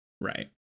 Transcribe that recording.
Right